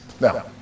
Now